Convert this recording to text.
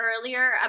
earlier